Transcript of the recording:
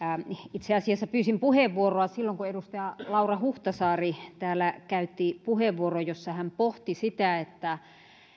itse asiassa pyysin puheenvuoroa silloin kun edustaja laura huhtasaari täällä käytti puheenvuoron jossa hän pohti sitä että